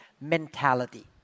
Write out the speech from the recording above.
mentality